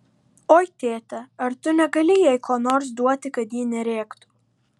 oi tėte ar tu negali jai ko nors duoti kad ji nerėktų